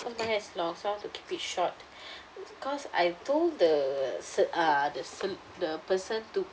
because my hair is long so I want to keep it short because I told the sa~ uh the sa~ the person to